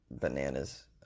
bananas